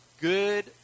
good